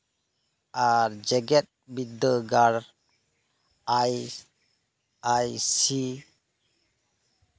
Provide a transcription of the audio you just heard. ᱟᱨ ᱡᱮᱸᱜᱮᱛ ᱵᱤᱫᱽᱫᱟᱹᱜᱟᱲ ᱟᱭ ᱟᱭ ᱥᱤ